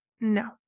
No